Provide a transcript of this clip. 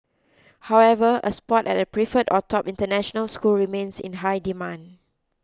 however a spot at a preferred or top international school remains in high demand